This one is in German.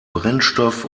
brennstoff